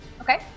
Okay